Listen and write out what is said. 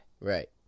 Right